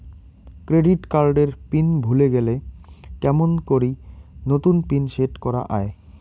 Credit card এর pin ভুলে গেলে কেমন করি নতুন পিন সেট করা য়ায়?